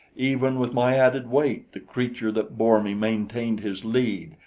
even with my added weight, the creature that bore me maintained his lead,